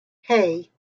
hey